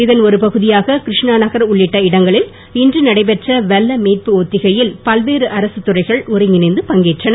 இதன் ஒரு பகுதியாக கிருஷ்ணா நகர் உள்ளிட்ட இடங்களில் இன்று நடைபெற்ற வெள்ள மீட்பு ஒத்திகையில் பல்வேறு அரசுத் துறைகள் ஒருங்கிணைந்து பங்கேற்றன